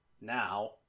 now